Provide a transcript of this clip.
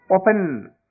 open